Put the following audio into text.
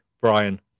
Brian